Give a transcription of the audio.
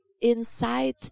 inside